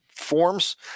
forms